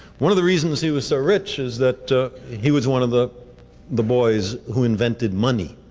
one of the reasons he was so rich is that he was one of the the boys who invented money.